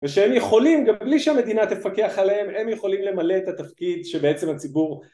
ושהם יכולים, גם בלי שהמדינה תפקח עליהם, הם יכולים למלא את התפקיד שבעצם הציבור